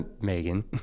Megan